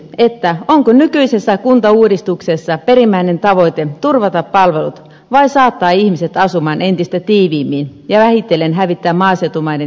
kysyn onko nykyisessä kuntauudistuksessa perimmäinen tavoite turvata palvelut vai saattaa ihmiset asumaan entistä tiiviimmin ja vähitellen hävittää maaseutumainen elämänmuoto maastamme